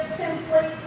simply